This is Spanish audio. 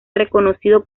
reconocido